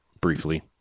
briefly